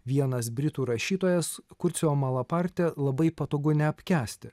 vienas britų rašytojas kurcio malaparti labai patogu neapkęsti